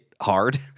hard